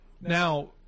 Now